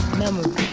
memory